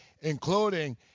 including